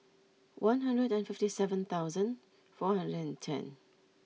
one hundred and fifty seven thousand four hundred and ten